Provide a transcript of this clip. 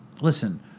listen